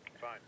Fine